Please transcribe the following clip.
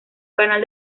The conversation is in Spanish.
canal